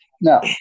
No